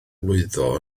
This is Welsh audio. lwyddo